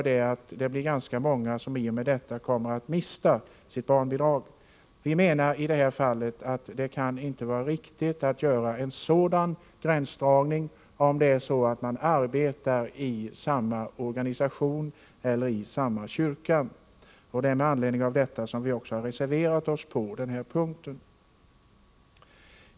Det kan i detta fall inte vara riktigt att göra en sådan gränsdragning att utfallet kan bli så olika även om man arbetar i samma organisation eller i samma kyrka. Det är med anledning av detta som vi har reserverat oss på denna punkt.